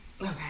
Okay